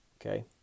Okay